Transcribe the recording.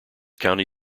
county